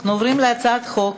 אנחנו עוברים להצעת חוק